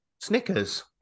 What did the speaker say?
Snickers